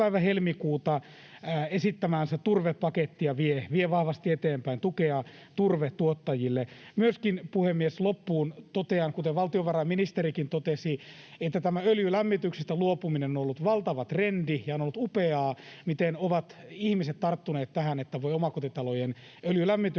esittämäänsä turvepakettia vie vahvasti eteenpäin, tukea turvetuottajille. Myöskin, puhemies, loppuun totean, kuten valtiovarainministerikin totesi, että tämä öljylämmityksestä luopuminen on ollut valtava trendi ja on ollut upeaa, miten ihmiset ovat tarttuneet tähän, että voi omakotitalojen öljylämmitystä